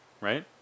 Right